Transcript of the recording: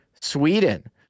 Sweden